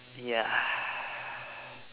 ya